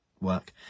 work